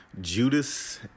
Judas